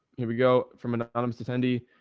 here we go. from an anonymous attendee.